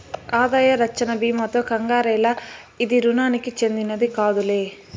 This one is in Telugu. ఆదాయ రచ్చన బీమాతో కంగారేల, ఇది రుణానికి చెందినది కాదులే